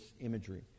imagery